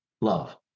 love